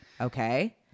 Okay